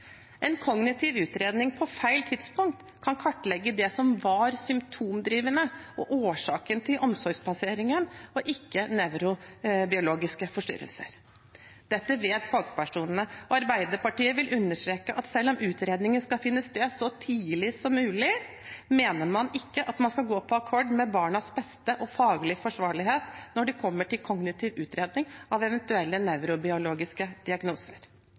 En kognitiv utredning på feil tidspunkt kan kartlegge det som var symptomdrivende og årsaken til omsorgsplasseringen, og ikke nevrobiologiske forstyrrelser. Dette vet fagpersonene. Arbeiderpartiet vil understreke at selv om utredninger skal finne sted så tidlig som mulig, mener man ikke at man skal gå på akkord med barnas beste og faglig forsvarlighet når det kommer til kognitiv utredning av eventuelle nevrobiologiske diagnoser.